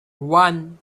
one